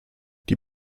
die